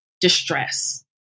distress